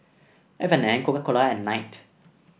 F and N Coca Cola and Knight